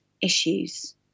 issues